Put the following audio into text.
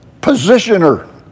positioner